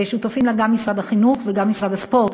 ושותפים לה גם משרד החינוך וגם משרד הספורט,